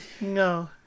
No